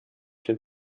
den